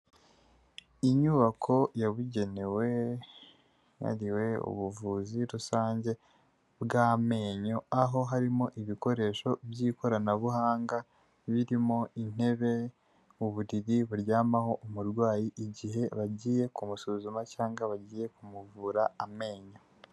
Inyubako yagenewe ubuvuzi rusange bw'amenyo aho harimo ibikoresho by'ikoranabuhanga birimo intebe, uburiri baryamaho umurwayi igihe bagiye kumusuzuma cyangwa bagiye kumuvura amenyo.